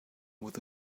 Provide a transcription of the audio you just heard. with